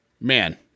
man